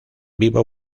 vivo